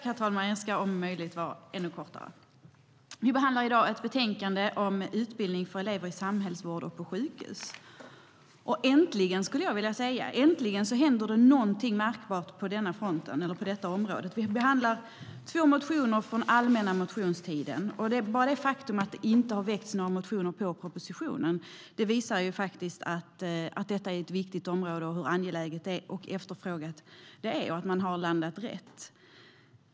Herr talman! Vi behandlar i dag ett betänkande om utbildning för elever i samhällsvård och på sjukhus. Äntligen händer det något märkbart på detta område. Vi behandlar två motioner från allmänna motionstiden, och det faktum att det inte har väckts några motioner med anledning av propositionen, visar hur angeläget och efterfrågat detta område är, och att man i utskottet har landat rätt.